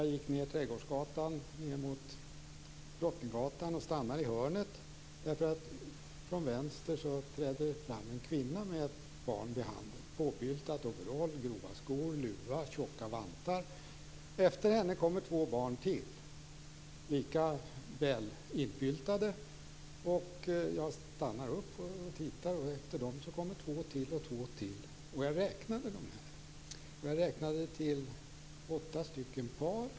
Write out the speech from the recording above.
Jag gick ned Trädgårdsgatan mot Drottninggatan och stannade i hörnet. Från vänster trädde det fram en kvinna med ett barn vid handen. Barnet var påbyltat med overall, grova skor, luva och tjocka vantar. Efter denna kvinna kom det två barn till, lika väl inbyltade. Jag stannade upp och tittade. Sedan kom det två till och ytterligare två. Jag räknade hur många det var. Det blev åtta par barn.